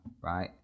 right